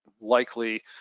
likely